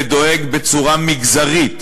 ודואג בצורה מגזרית,